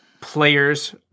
players